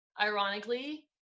Ironically